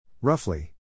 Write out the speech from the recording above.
Roughly